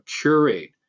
curate